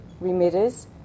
remitters